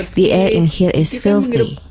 the air in here is filthy.